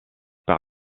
par